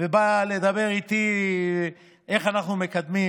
ובא לדבר איתי על איך אנחנו מקדמים,